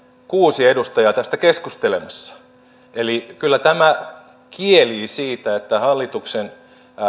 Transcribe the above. kuusi edustajaa tästä keskustelemassa eli kyllä tämä kielii siitä että hallituksen